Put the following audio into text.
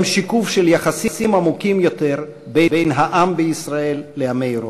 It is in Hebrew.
הם שיקוף של יחסים עמוקים יותר בין העם בישראל לעמי אירופה.